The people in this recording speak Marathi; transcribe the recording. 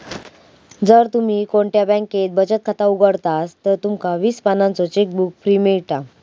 जर तुम्ही कोणत्या बॅन्केत बचत खाता उघडतास तर तुमका वीस पानांचो चेकबुक फ्री मिळता